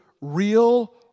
real